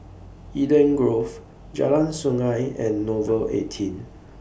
Eden Grove Jalan Sungei and Nouvel eighteen